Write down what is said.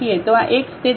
તો આ x તેથી આ અહીં 0